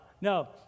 no